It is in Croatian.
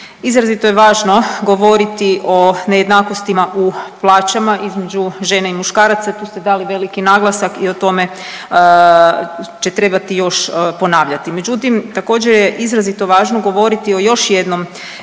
Izrazito je važno govoriti o nejednakostima u plaćama između žena i muškaraca, tu ste dali veliki naglasak i o tome će trebati još ponavljati. Međutim, također je izrazito važno govoriti o još jednom